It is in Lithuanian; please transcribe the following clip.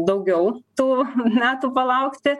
daugiau tų metų palaukti